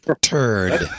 turd